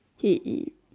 it